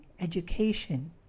education